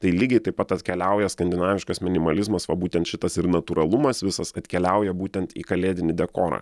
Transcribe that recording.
tai lygiai taip pat atkeliauja skandinaviškas minimalizmas va būtent šitas ir natūralumas visas atkeliauja būtent į kalėdinį dekorą